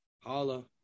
Holla